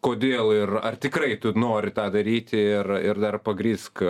kodėl ir ar tikrai tu nori tą daryti ir ir dar pagrįsk